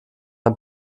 ein